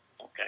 Okay